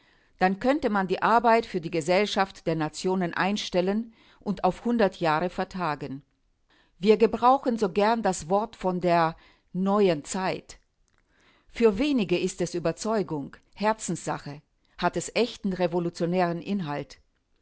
dann könnte man die arbeit für die gesellschaft der nationen einstellen und auf jahre vertagen wir gebrauchen so gern das wort von der neuen zeit für wenige ist es überzeugung herzenssache hat es echten revolutionären inhalt